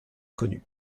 connue